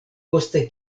poste